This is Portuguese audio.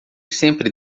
sempre